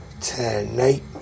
tonight